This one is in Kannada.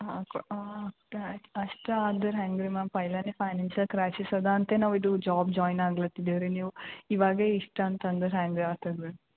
ಹಾಂ ಕೊ ಅಷ್ಟು ಆದ್ರೆ ಹೆಂಗೆ ರೀ ಮ್ಯಾಮ್ ಪೈಲನೆ ಫೈನಾನ್ಷಿಯಲ್ ಕ್ರೈಸಿಸ್ ಇದೆ ಅಂತ ನಾವು ಇದು ಜಾಬ್ ಜಾಯ್ನ್ ಆಗ್ಲತ್ತಿದ್ದೇವೆ ರೀ ನೀವು ಇವಾಗೆ ಇಷ್ಟು ಅಂತ ಅಂದ್ರೆ ಹ್ಯಾಂಗೆ ಆಗ್ತದ್ ಅದು